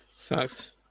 Thanks